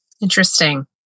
Interesting